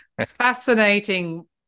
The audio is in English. Fascinating